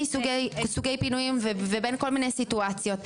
סוגי פינויים ובין כל מיני סיטואציות.